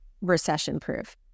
recession-proof